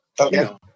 Okay